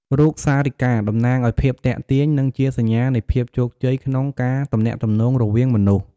រូបសារីកា តំណាងឲ្យភាពទាក់ទាញ និងជាសញ្ញានៃភាពជោគជ័យក្នុងការទំនាក់ទំនងរវាងមនុស្ស។